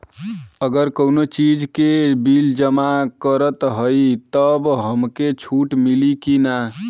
अगर कउनो चीज़ के बिल जमा करत हई तब हमके छूट मिली कि ना?